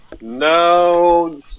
No